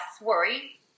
worry